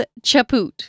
Chaput